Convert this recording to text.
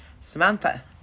Samantha